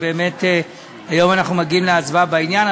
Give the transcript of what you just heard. ובאמת היום אנחנו מגיעים להצבעה בעניין,